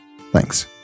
Thanks